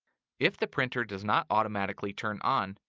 if the printer does not automatically turn on,